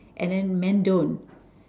and then men don't